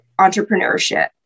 entrepreneurship